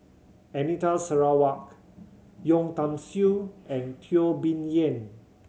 Anita Sarawak Yeo Tiam Siew and Teo Bee Yen